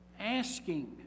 Asking